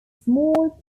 small